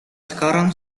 sekarang